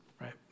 right